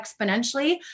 exponentially